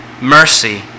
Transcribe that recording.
mercy